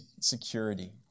security